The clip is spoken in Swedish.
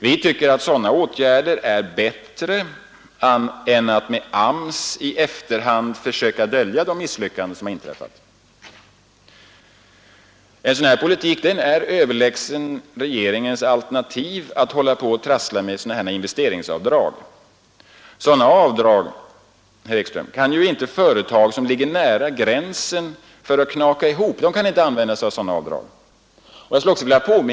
Vi tycker att sådana åtgärder är bättre än att med AMS i efterhand fö söka dölja de misslyckanden som har inträffat En sådan politik är överlägsen regeringens alternativ att trassla med investeringsavdrag. Sådana avdrag, herr Ekström, kan ju inte företag som ligger nära gränsen för att knaka ihop använda.